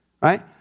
Right